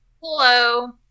Hello